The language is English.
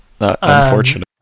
Unfortunate